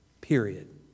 Period